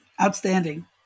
Outstanding